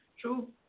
True